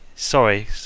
Sorry